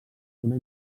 una